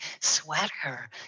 sweater